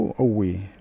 away